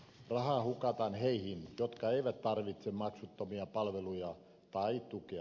rahaa hukataan heihin jotka eivät tarvitse maksuttomia palveluja tai tukea